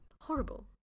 horrible